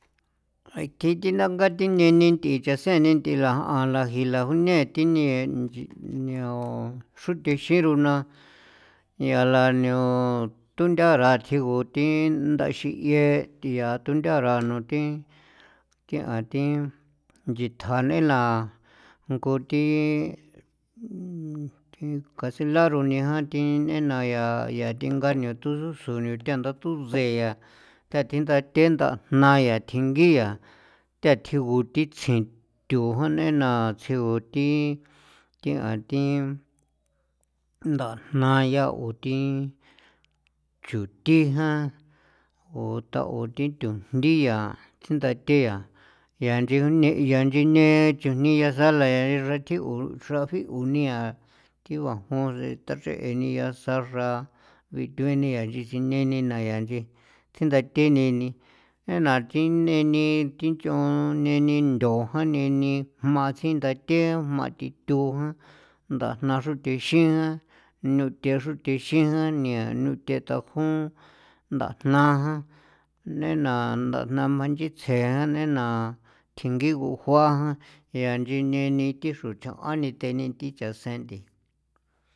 Thi thindanga thi neni thi chase ninth'i la a la jila june thi ni niaon xruthexin runa yaa la nio thundara thigu thi nda xi'e nda thundara no thi thian thi nchithjane laa ngu thi thi kase la rune jan thi nena yaa yaa thinga nio tho susunda thu see ntha ta thi ndathentha ndajna yaa thingi yaa tea thigu thi tsjintu ja nena tsjiu thi thia thi ndajna yaa oo thi chuthi jan o ta o ta thi thujnthi yaa thindathe yaa yaa nchi ne' ya nchi ne nchujni yasala xrathjio xrajio nia thio bajun sen tachree nia tsaxra ithu inia nchi sine nena ya nchi tjindatheni ni jee na thi neni thi nch'on neni ndo janeni jma tsinda thi thijma thio tho jan ndajna xruthexin jan nuthe xruthexin jañaan niuthe thajon ndajna jan nena ndajna jma nchitsjen jan neina thingi jua yaa inchi jine ni ni xro cha teni thi chaseen nthii.